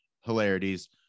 hilarities